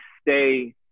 stay